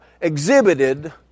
exhibited